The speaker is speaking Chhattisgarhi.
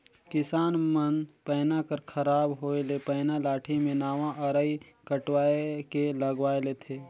किसान मन पैना कर खराब होए ले पैना लाठी मे नावा अरई कटवाए के लगवाए लेथे